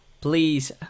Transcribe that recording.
please